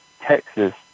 Texas